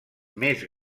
més